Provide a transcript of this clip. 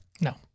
No